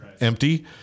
empty